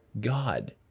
God